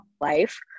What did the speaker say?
life